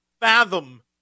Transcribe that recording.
fathom